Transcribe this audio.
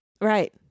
Right